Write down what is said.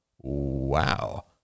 Wow